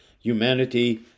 humanity